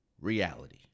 reality